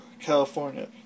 California